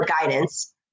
guidance